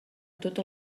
tot